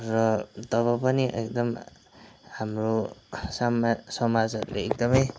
र तब पनि एकदम हाम्रो सामाज समाजहरूले एकदमै